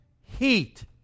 heat